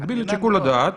מגביל את שיקול הדעת.